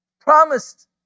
promised